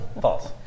False